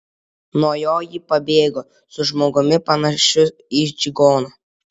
nuo jo ji pabėgo su žmogumi panašiu į čigoną